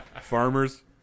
Farmers